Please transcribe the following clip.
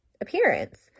appearance